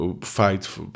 fight